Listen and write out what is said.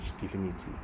divinity